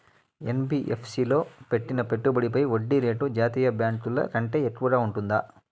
NBFC లో పెట్టిన పెట్టుబడి పై వడ్డీ రేటు జాతీయ బ్యాంకు ల కంటే ఎక్కువగా ఉంటుందా?